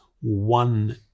one